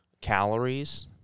calories